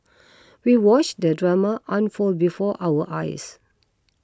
we watched the drama unfold before our eyes